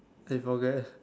they forget